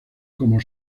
como